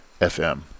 FM